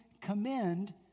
commend